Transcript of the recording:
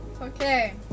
Okay